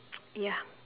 ya